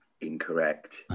Incorrect